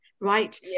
right